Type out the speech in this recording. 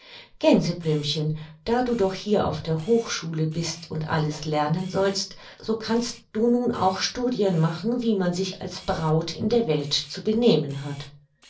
gänseblümchen da du doch hier auf der hochschule bist und alles lernen sollst so kannst du nun auch studien machen wie man sich als braut in der welt zu benehmen hat